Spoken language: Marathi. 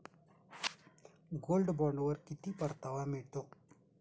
गोल्ड बॉण्डवर किती परतावा मिळतो?